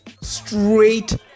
straight